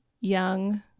young